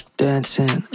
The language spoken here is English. dancing